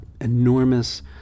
enormous